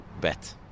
bet